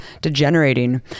degenerating